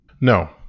No